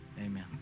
amen